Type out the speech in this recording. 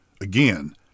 Again